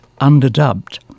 Underdubbed